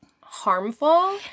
harmful